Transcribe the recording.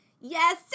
Yes